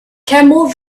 camel